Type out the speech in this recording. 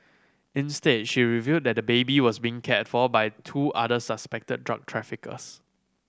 instead she revealed that the baby was being cared for by two other suspected drug traffickers